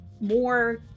more